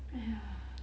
!aiya!